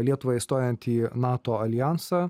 lietuvai stojant į nato aljansą